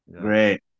Great